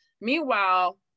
Meanwhile